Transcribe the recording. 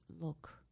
look